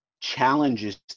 challenges